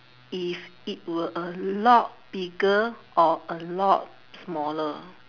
if it were a lot bigger or a lot smaller